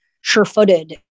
sure-footed